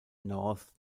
north